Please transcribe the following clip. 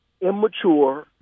immature